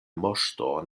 moŝto